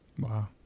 Wow